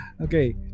okay